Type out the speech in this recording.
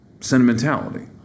sentimentality